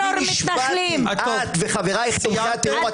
בי נשבעתי את וחברייך תומכי הטרור לא תהיו פה.